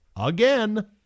again